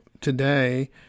today